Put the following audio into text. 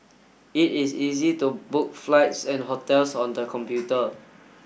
it is easy to book flights and hotels on the computer